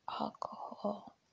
alcohol